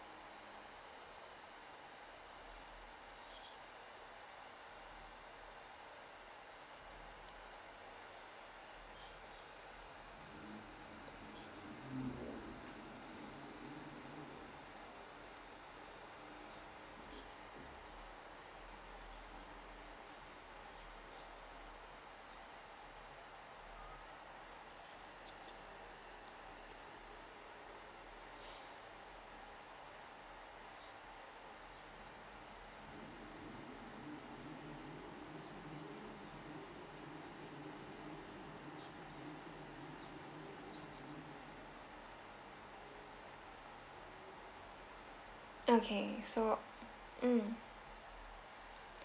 okay so mm